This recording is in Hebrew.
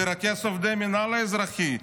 לרכז את עובדי המינהל האזרחי.